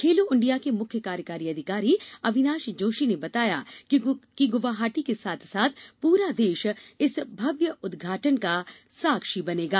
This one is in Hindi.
खेलों इंडिया के मुख्य कार्यकारी अधिकारी अविनाश जोशी ने बताया कि गुवाहाटी के साथ साथ पूरा देश इस भव्य उद्घाटन का साक्षी बनेगा